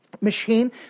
Machine